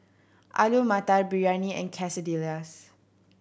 Alu Matar Biryani and Quesadillas